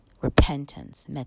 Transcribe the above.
Repentance